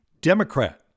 Democrat